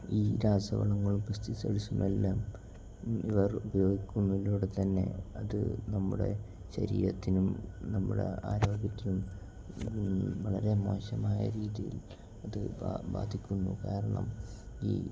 ഈ രാസവളങ്ങളൾ പെസ്റ്റിസൈഡ്സുമെല്ലാം ഇവർ ഉപയോഗിക്കുന്നതിലൂടെ തന്നെ അതു നമ്മുടെ ശരീരത്തിനും നമ്മുടെ ആരോഗ്യത്തിനും വളരെ മോശമായ രീതിയിൽ അതു ബാധിക്കുന്നു കാരണം ഈ